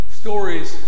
stories